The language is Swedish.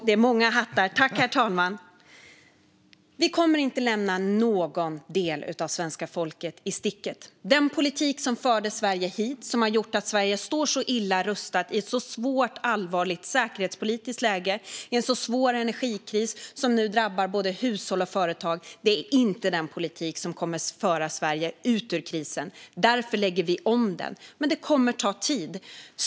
Herr talman! Vi kommer inte att lämna någon del av svenska folket i sticket. Den politik som förde Sverige hit har gjort att Sverige är illa rustat i ett svårt, allvarligt säkerhetspolitiskt läge och i en svår energikris som nu drabbar både hushåll och företag. Men det är inte den politik som kommer att föra Sverige ut ur krisen. Därför lägger vi om den. Men det kommer att ta tid.